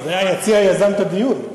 היציע הזה יזם את הדיון.